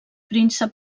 príncep